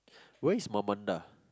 where's Mamanda